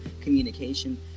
communication